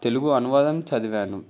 తెలుగు అనువాదం చదివాను